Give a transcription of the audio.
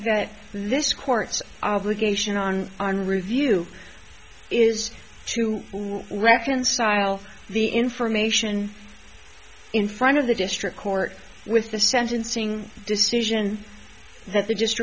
that this court's obligation on an review is to reconcile the information in front of the district court with the sentencing decision that the just